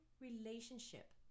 relationship